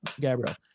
Gabriel